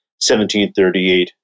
1738